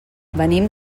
venim